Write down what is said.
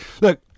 Look